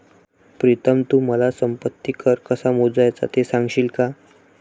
प्रीतम तू मला संपत्ती कर कसा मोजायचा ते सांगशील का?